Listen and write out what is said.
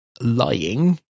lying